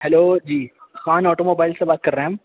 hello جی Khan automobile سے بات کر رہے ہیں ہم